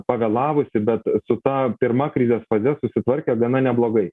pavėlavusi bet su ta pirma krizės faze susitvarkė gana neblogai